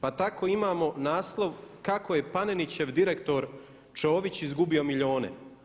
Pa tako imamo naslov kako je Panenićev direktor Ćović izgubio milijune.